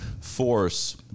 force